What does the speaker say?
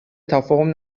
تفاهم